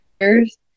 years